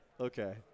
Okay